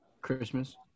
Christmas